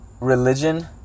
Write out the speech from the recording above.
religion